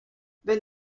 wenn